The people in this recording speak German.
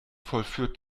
vollführt